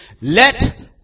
Let